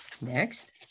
next